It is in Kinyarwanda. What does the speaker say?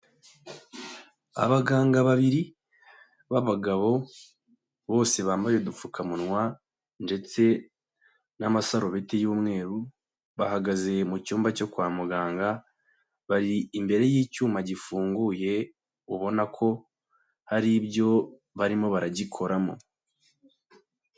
Abaganga babiri b'abagabo bose bambaye udupfukamunwa ndetse n'amasarubeti y'umweru, bahagaze mu cyumba cyo kwa muganga, bari imbere y'icyuma gifunguye, ubona ko hari ibyo barimo baragikoramo.